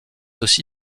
aussi